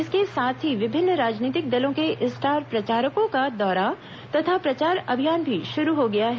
इसके साथ ही विभिन्न राजनीतिक दलों के स्टार प्रचारकों का दौरा तथा प्रचार अभियान भी शुरू हो गया है